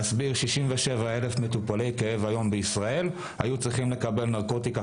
67,000 מטופלי כאב היום בישראל היו צריכים לקבל נרקוטיקה